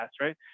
right